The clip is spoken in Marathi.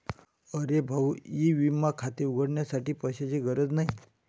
अरे भाऊ ई विमा खाते उघडण्यासाठी पैशांची गरज नाही